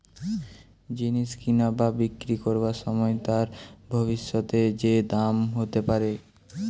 জিনিস কিনা বা বিক্রি করবার সময় তার ভবিষ্যতে যে দাম হতে পারে